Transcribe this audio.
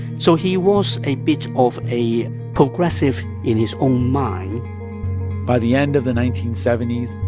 so he was a bit of a progressive in his own mind by the end of the nineteen seventy s,